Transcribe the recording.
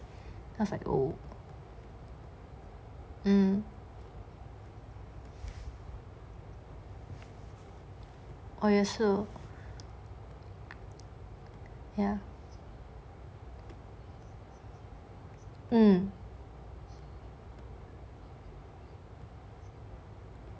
我也是